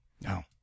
No